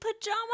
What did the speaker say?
pajama